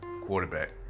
quarterback